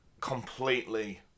completely